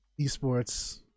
esports